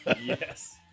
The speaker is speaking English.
Yes